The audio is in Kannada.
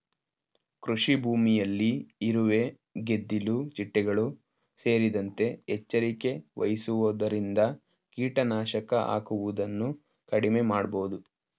ಕೃಷಿಭೂಮಿಯಲ್ಲಿ ಇರುವೆ, ಗೆದ್ದಿಲು ಚಿಟ್ಟೆಗಳು ಸೇರಿದಂತೆ ಎಚ್ಚರಿಕೆ ವಹಿಸುವುದರಿಂದ ಕೀಟನಾಶಕ ಹಾಕುವುದನ್ನು ಕಡಿಮೆ ಮಾಡಬೋದು